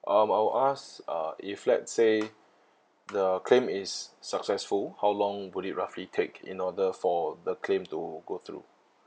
um I'll ask uh if let's say the claim is successful how long would it roughly take in order for the claim to go through